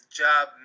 job